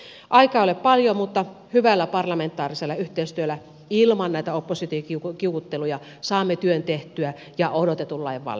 aikaa ei ole paljon mutta hyvällä parlamentaarisella yhteistyöllä ilman näitä oppositiokiukutteluja saamme työn tehtyä ja odotetun lain valmiiksi